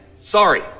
Sorry